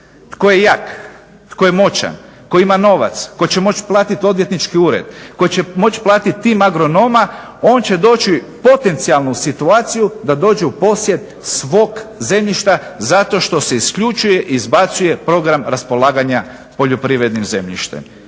tko je jak, tko je moćan, tko ima novac, tko će moć platiti odvjetnički ured, koji će moći platiti tim agronoma on će doći potencijalno u situaciju da dođe u posjed svog zemljišta zato što se isključuje i izbacuje program raspolaganja poljoprivrednim zemljištem.